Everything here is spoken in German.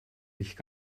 nicht